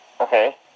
Okay